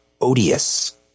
odious